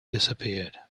disappeared